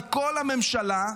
מכל הממשלה,